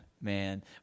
Man